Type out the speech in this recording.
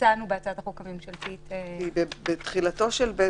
שהמנהל רשאי להורות,